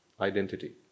identity